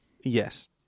Yes